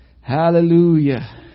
hallelujah